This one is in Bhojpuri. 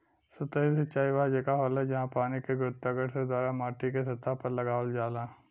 सतही सिंचाई वह जगह होला, जहाँ पानी के गुरुत्वाकर्षण द्वारा माटीके सतह पर लगावल जाला